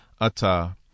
Ata